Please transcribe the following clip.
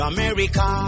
America